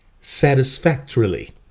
satisfactorily